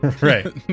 Right